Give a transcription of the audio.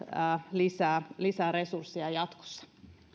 lisää lisää resursseja jatkossa